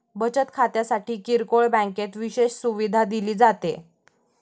बचत खात्यासाठी किरकोळ बँकेत विशेष सुविधा दिली जाते